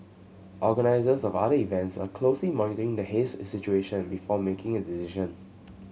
organisers of other events are closely monitoring the haze situation before making a decision